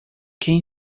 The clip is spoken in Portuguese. quem